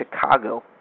Chicago